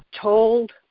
told